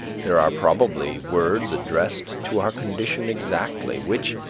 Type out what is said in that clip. there are probably words addressed to our condition exactly, which,